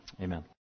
Amen